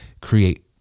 create